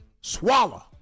swallow